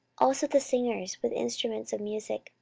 also the singers with instruments of musick,